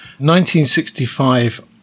1965